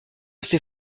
sait